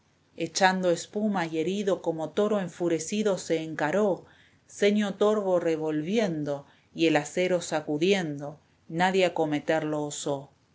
echando espuma y herido como toro enfurecido se encaró ceño torvo revolviendo y el acero sacudiendo nadie acometerle osó